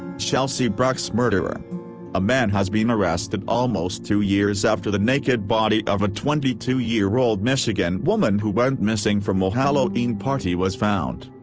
chelsea bruck's murderer a man has been arrested almost two years after the naked body of a twenty two year old michigan woman who went missing from a halloween party was found.